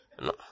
No